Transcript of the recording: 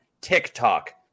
TikTok